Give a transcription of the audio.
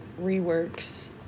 Reworks